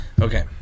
Okay